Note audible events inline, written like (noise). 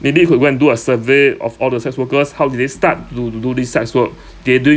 maybe you could go and do a survey of all the sex workers how did they start do to do this sex work (breath) they do